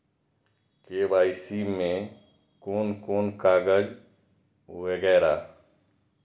KYC में कोन कोन कागज वगैरा?